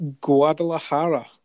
Guadalajara